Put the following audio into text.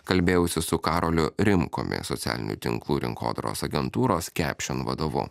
kalbėjausi su karoliu rimkumi socialinių tinklų rinkodaros agentūros caption vadovu